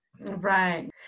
Right